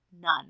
None